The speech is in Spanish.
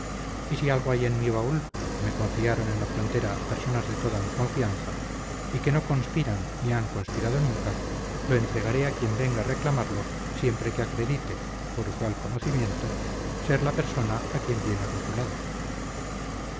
y si algo hay en mi baúl que me confiaron en la frontera personas de toda mi confianza y que no conspiran ni han conspirado nunca lo entregaré a quien venga a reclamarlo siempre que acredite por usual conocimiento ser la persona a quien viene rotulado